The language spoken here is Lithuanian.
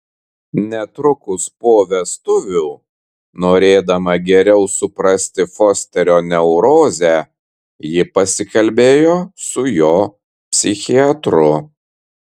netrukus po vestuvių norėdama geriau suprasti fosterio neurozę ji pasikalbėjo su jo psichiatru